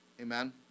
Amen